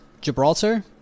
gibraltar